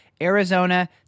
Arizona